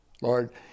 Lord